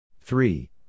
three